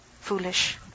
Foolish